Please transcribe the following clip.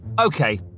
Okay